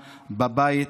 בבית,